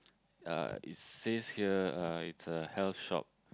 uh it says here uh it's a health shop